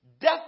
Death